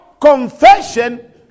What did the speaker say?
confession